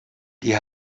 die